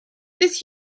this